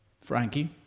Frankie